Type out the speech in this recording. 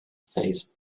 phase